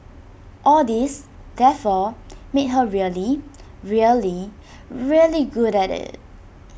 all this therefore made her really really really good at IT